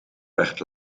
werd